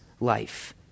life